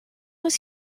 was